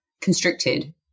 constricted